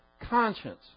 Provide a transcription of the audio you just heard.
conscience